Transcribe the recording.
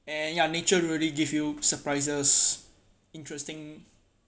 and ya nature really give you surprises interesting